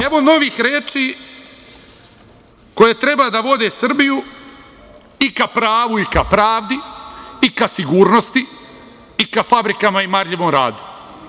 Evo novih reči koje treba da vode Srbiju i ka pravu i ka pravdi i ka sigurnosti i ka fabrikama i ka marljivom radu.